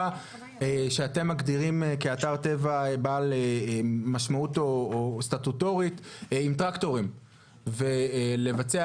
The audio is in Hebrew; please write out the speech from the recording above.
שאתם מגדירים כאתר טבע בעל משמעות סטטוטורית ולבצע